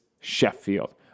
Sheffield